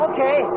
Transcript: Okay